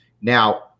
Now